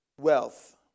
wealth